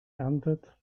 erntet